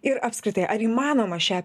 ir apskritai ar įmanoma šią